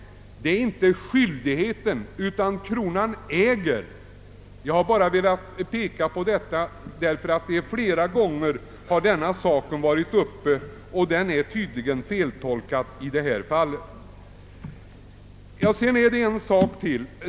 Det är inte någon skyldighet för kronan, utan kronan »äger». Jag har bara velat påpeka detta, därför att denna sak har flera gånger varit uppe till diskussion, och den är tydligen feltolkad.